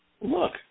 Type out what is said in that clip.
look